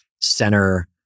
center